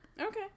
okay